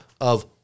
of-